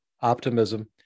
optimism